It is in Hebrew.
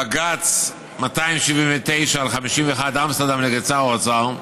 בג"ץ 279/51 אמסטרדם נ' שר האוצר,